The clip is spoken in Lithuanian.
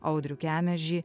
audrių kemežį